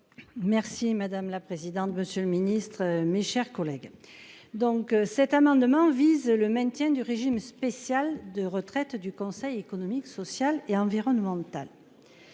Merci madame la présidente, monsieur le ministre, mes chers collègues. Donc cet amendement vise le maintien du régime spécial de retraite du Conseil économique, social et environnemental.